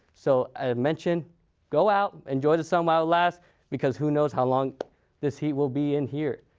so i mentioned go out, enjoy the sun while it lasts because who knows how long this heat will be in here.